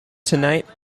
tonight